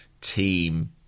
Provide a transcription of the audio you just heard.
team